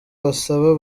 bazaba